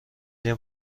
ریم